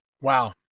Wow